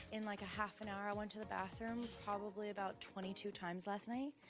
in, like, a half an hour, i went to the bathroom probably about twenty two times last night,